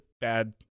bad